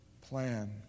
plan